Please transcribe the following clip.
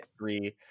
three